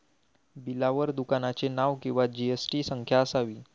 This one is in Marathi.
बिलावर दुकानाचे नाव किंवा जी.एस.टी संख्या असावी